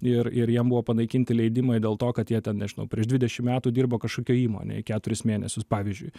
ir ir jiem buvo panaikinti leidimai dėl to kad jie ten nežinau prieš dvidešim metų dirbo kažkokioj įmonėj keturis mėnesius pavyzdžiui